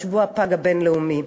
את שבוע הפג הבין-לאומי,